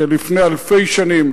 שלפני אלפי שנים,